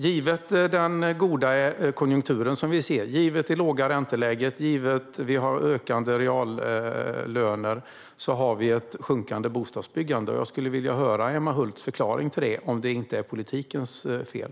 Givet den goda konjunkturen, givet det låga ränteläget och givet ökande reallöner finns ett sjunkande bostadsbyggande. Jag skulle vilja höra Emma Hults förklaring - om det inte är politikens fel.